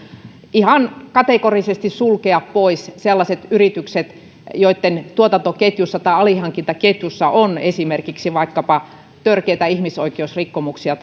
ihan kategorisesti sulkea pois sellaiset yritykset joitten tuotantoketjussa tai alihankintaketjussa on esimerkiksi vaikkapa törkeitä ihmisoikeusrikkomuksia